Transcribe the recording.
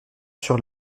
sur